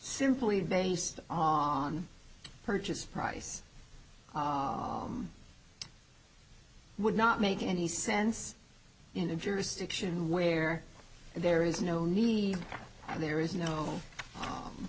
simply based odd purchase price would not make any sense in a jurisdiction where there is no need and there is no